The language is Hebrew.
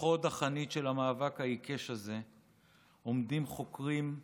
בחוד החנית של המאבק העיקש הזה עומדים חוקרים,